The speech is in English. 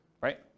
right